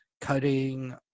cutting